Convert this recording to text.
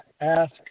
ask